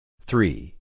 Three